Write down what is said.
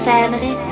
Family